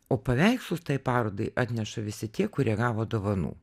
o paveikslus parodai atneša visi tie kurie gavo dovanų